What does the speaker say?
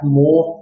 more